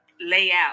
layout